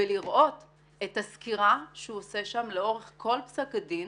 ולראות את הסקירה שהוא עושה שם לאורך כל פסק הדין